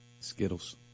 Skittles